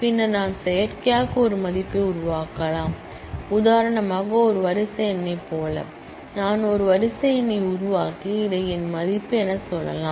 பின்னர் நான் செயற்கையாக ஒரு மதிப்பை உருவாக்கலாம் உதாரணமாக ஒரு வரிசை எண்ணைப் போல நான் ஒரு சீரியல் நம்பரை உருவாக்கி இதை என் மதிப்பு என சொல்லலாம்